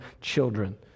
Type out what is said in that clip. children